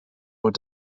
were